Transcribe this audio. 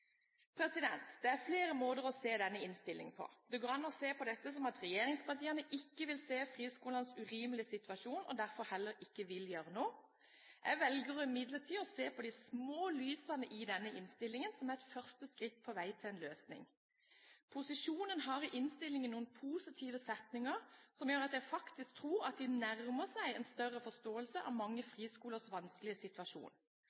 Det er flere måter å se denne innstillingen på. Det går an å se på dette som om regjeringspartiene ikke vil se friskolenes urimelige situasjon og derfor heller ikke vil gjøre noe. Jeg velger imidlertid å se på de små lysene i denne innstillingen som et første skritt på veien til en løsning. Posisjonen har i innstillingen noen positive setninger som gjør at jeg faktisk tror at de nærmer seg en større forståelse av mange